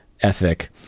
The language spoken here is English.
ethic